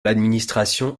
l’administration